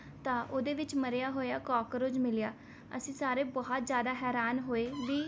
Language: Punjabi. ਤਾਂ ਉਹਦੇ ਵਿੱਚ ਮਰਿਆ ਹੋਇਆ ਕੌਕਰੋਚ ਮਿਲਿਆ ਅਸੀਂ ਸਾਰੇ ਬਹੁਤ ਜ਼ਿਆਦਾ ਹੈਰਾਨ ਹੋਏ ਵੀ